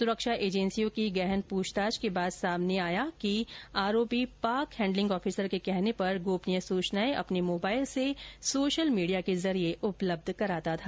सुरक्षा एजेंसियों की गहन प्रछताछ के बाद सामने आया कि आरोपी पाक हैण्डलिंग ऑफिसर के कहने पर गोपनीय सूचनाएं अपने मोबाइल से सोशल मीडिया के जरिये उपलब्ध कराता था